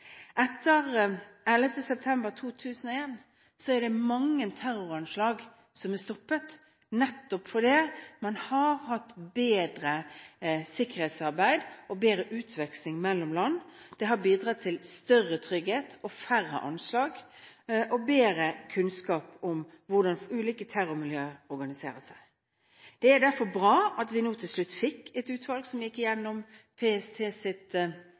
Etter 11. september 2001 er det mange terroranslag som er stoppet, nettopp fordi sikkerhetsarbeidet har vært bedre, og fordi det har vært bedre utveksling mellom land. Det har bidratt til større trygghet, færre anslag og bedre kunnskap om hvordan ulike terrormiljøer organiseres. Det er derfor bra at vi til slutt fikk et utvalg som har gått igjennom